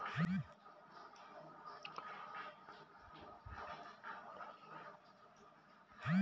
FD क्या है हम अधिकतम कितने साल के लिए एफ.डी कर सकते हैं?